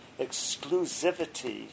exclusivity